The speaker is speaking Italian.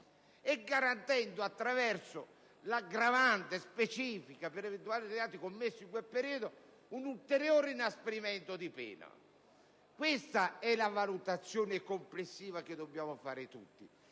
garantendo, attraverso l'aggravante specifica per eventuali reati commessi in quel periodo, un ulteriore inasprimento della pena. Questa è la valutazione complessiva che tutti dobbiamo fare.